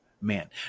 man